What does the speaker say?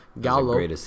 Gallo